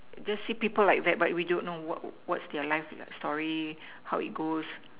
just see people like that but we don't know what what's their life story how it's goes